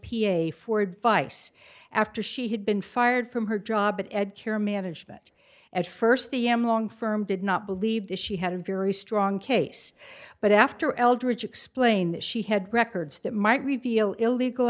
a for advice after she had been fired from her job at ed care management at first the m long firm did not believe that she had a very strong case but after eldridge explained that she had records that might reveal illegal